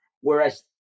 whereas